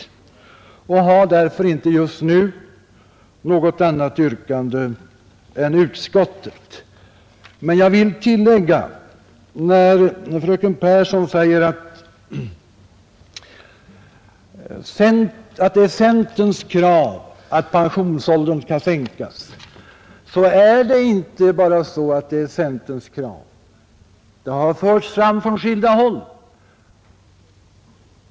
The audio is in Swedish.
Jag har därför inte just nu något annat yrkande än utskottets. Jag vill emellertid göra ett tillägg. När fröken Pehrsson säger att det är centerns krav att pensionsåldern skall sänkas, så är det inte bara centerns krav. Det har förts fram från skilda håll.